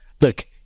look